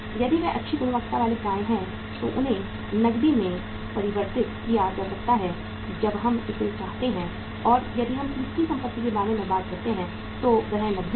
यदि वे अच्छी गुणवत्ता वाले प्राप्य हैं तो उन्हें नकदी में परिवर्तित किया जा सकता है जब हम इसे चाहते हैं और यदि हम तीसरी संपत्ति के बारे में बात करते हैं तो वह नकदी है